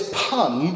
pun